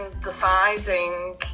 deciding